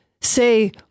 say